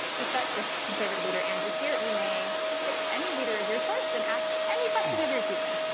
we start with conservative leader andrew scheer. you may pick any leader of your choice and ask any question of your choosing.